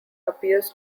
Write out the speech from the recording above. appears